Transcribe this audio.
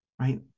right